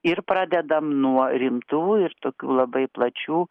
ir pradedam nuo rimtų ir tokių labai plačių